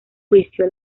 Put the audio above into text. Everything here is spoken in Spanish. juicio